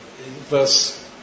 verse